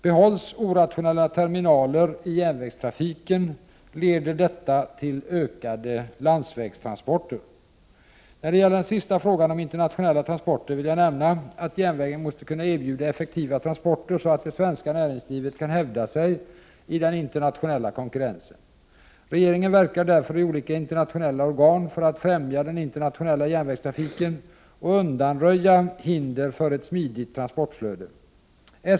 Behålls orationella terminaler i jänvägstrafiken leder detta till ökade landsvägstransporter. När det gäller den sista frågan om internationella transporter vill jag nämna att järnvägen måste kunna erbjuda effektiva transporter så att det svenska näringslivet kan hävda sig i den internationella konkurrensen. Regeringen verkar därför i olika internationella organ för att främja den internationella järnvägstrafiken och undanröja hinder för ett smidigt transportflöde.